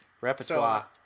Repertoire